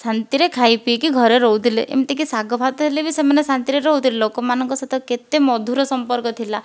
ଶାନ୍ତିରେ ଖାଇ ପିଇକି ଘରେ ରହୁଥିଲେ ଏମିତିକି ଶାଗ ଭାତ ହେଲେ ବି ସେମାନେ ଶାନ୍ତିରେ ରହୁଥିଲେ ଲୋକମାନଙ୍କ ସହିତ କେତେ ମଧୁର ସମ୍ପର୍କ ଥିଲା